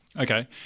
okay